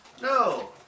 No